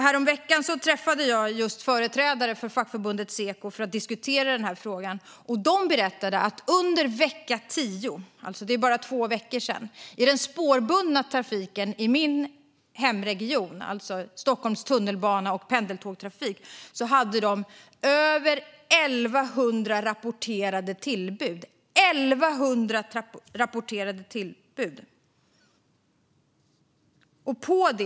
Häromveckan träffade jag just företrädare för fackförbundet Seko för att diskutera denna fråga. De berättade att under vecka 10 - det var bara för två veckor sedan - hade det rapporterats om över 1 100 tillbud i den spårbundna trafiken i min hemregion, alltså i Stockholms tunnelbana och pendeltågstrafik.